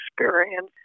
experience